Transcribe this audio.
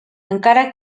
encara